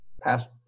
past